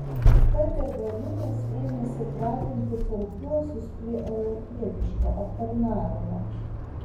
tad degalinės ėmėsi pratinti taupiuosius prie europietiško aptarnavimo